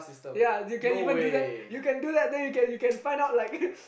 ya you can even do that you can do that then you can find out like